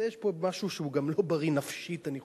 יש פה משהו שהוא גם לא בריא נפשית, אני חושב,